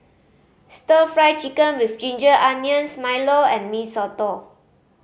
Stir Fry Chicken with ginger onions milo and Mee Soto